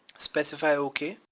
specify, okay.